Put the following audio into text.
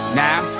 now